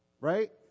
right